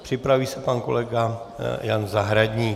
Připraví se pan kolega Jan Zahradník.